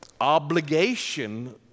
obligation